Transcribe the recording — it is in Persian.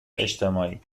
اجتماعی